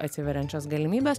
atsiveriančias galimybes